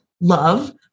love